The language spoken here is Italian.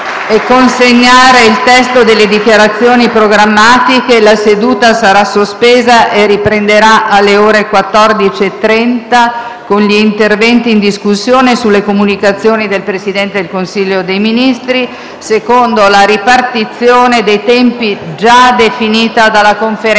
e consegnare il testo delle dichiarazioni programmatiche, la seduta sarà sospesa e riprenderà alle ore 14,30 con gli interventi in discussione sulle comunicazioni del Presidente del Consiglio dei ministri, secondo la ripartizione dei tempi già definita dalla Conferenza